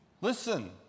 Listen